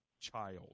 child